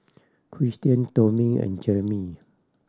Christen Tommy and Jayme